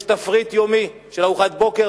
יש תפריט יומי של ארוחת בוקר,